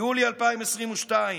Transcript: יולי 2022,